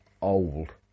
old